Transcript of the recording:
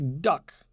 duck